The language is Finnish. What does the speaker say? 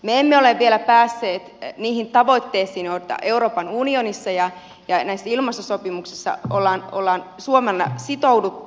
me emme ole vielä päässeet niihin tavoitteisiin joihin euroopan unionissa ja näissä ilmastosopimuksissa ollaan suomena sitouduttu